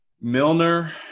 Milner